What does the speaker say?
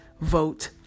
vote